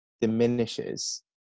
diminishes